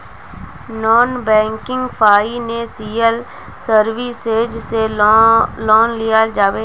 Non banking financial services से loan लिया जाबे?